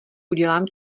udělám